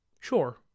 Sure